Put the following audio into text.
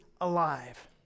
alive